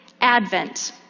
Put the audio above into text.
Advent